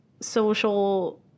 social